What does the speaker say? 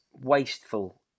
wasteful